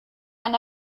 ein